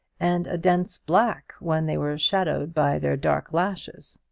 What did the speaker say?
and a dense black when they were shadowed by their dark lashes.